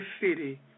city